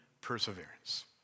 perseverance